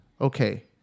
Okay